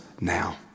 now